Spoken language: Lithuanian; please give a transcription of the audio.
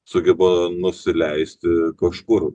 sugeba nusileisti kažkur